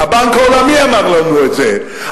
הבנק העולמי אמר לנו את זה,